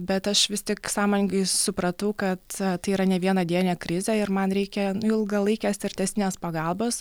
bet aš vis tik sąmoningai supratau kad tai yra nevienadienė krizė ir man reikia ilgalaikės tvirtesnės pagalbos